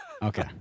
Okay